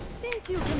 thank you